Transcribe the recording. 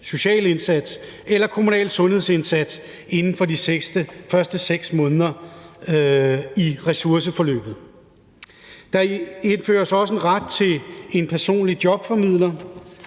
social indsats eller kommunal sundhedsindsats inden for de første 6 måneder i ressourceforløbet. Der indføres også en ret til en personlig jobformidler,